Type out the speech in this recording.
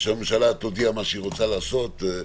שהממשלה תודיע מה היא רוצה לעשות.